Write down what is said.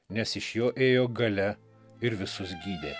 nes iš jo ėjo galia ir visus gydė